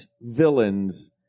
villains